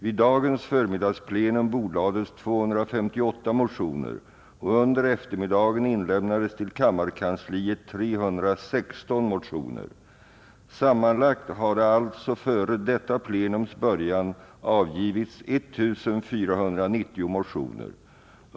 Vid dagens förmiddagsplenum bordlades 258 motioner, och under eftermiddagen inlämnades till kammarkansliet 316 motioner. Sammanlagt hade alltså före detta plenums början avgivits 1490 motioner.